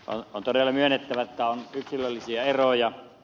on todella myönnettävä että on yksilöllisiä eroja